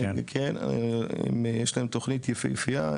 כן, יש להם תוכנית יפהפייה.